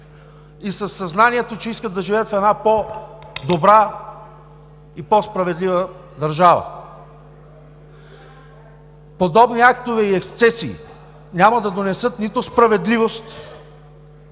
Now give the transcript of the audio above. и със съзнанието, че искат да живеят в една по-добра и по-справедлива държава. Подобни актове и ексцесии няма да донесат нито справедливост,